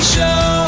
Show